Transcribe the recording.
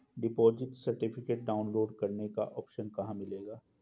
Deposit certificate download करने का option कहां मिलेगा?